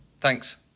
Thanks